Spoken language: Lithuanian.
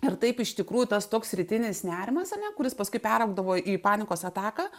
ir taip iš tikrųjų tas toks rytinis nerimas ane kuris paskui peraugdavo į panikos ataką